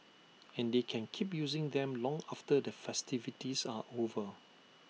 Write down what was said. and they can keep using them long after the festivities are over